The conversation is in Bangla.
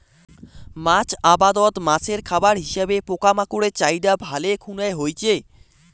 মাছ আবাদত মাছের খাবার হিসাবে পোকামাকড়ের চাহিদা ভালে খুনায় হইচে